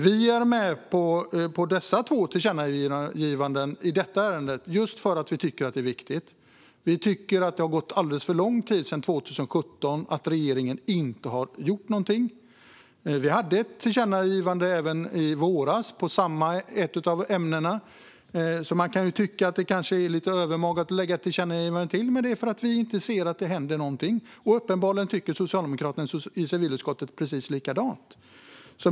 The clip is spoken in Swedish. Vi är med på dessa två tillkännagivanden i detta ärende just för att det är viktigt. Vi tycker att det har gått alldeles för lång tid sedan 2017 och att regeringen inte har gjort någonting. Vi hade ett tillkännagivande även i våras i ett av ämnena. Man kan tycka att det kanske är lite övermaga att lägga fram ett tillkännagivande till. Men det är för att vi inte ser att det händer någonting. Uppenbarligen tycker socialdemokraterna i civilutskottet precis likadant.